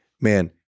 Man